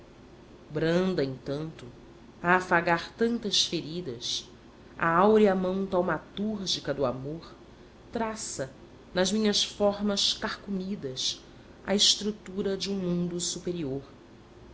branda entanto a afagar tantas feridas a áurea mão taumatúrgica do amor traça nas minhas formas carcomidas a estrutura de um mundo superior